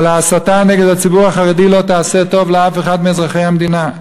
אבל ההסתה נגד הציבור החרדי לא תעשה טוב לאף אחד מאזרחי המדינה.